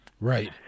Right